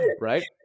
Right